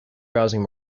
browsing